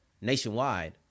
nationwide